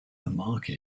market